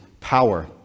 power